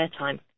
airtime